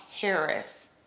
Harris